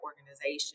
organization